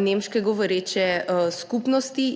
nemško govoreče skupnosti.